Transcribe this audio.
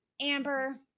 amber